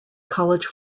college